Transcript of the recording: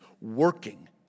working